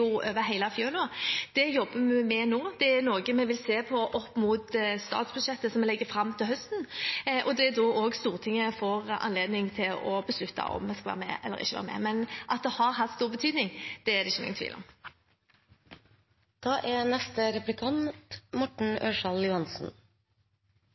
over hele fjøla. Det jobber vi med nå. Det er noe vi ser på opp mot statsbudsjettet som vi legger fram til høsten, og det er da Stortinget får anledning til å beslutte om vi skal være med eller ikke være med. Men at det har hatt stor betydning, er det ingen tvil om.